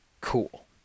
Cool